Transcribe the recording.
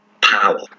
power